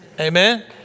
Amen